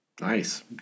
Nice